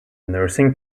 nursing